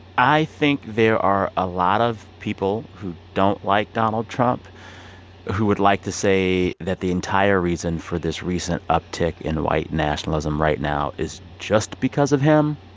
i think there are a lot of people who don't like donald trump who would like to say that the entire reason for this recent uptick in white nationalism right now is just because of him,